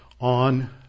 on